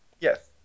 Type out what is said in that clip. Yes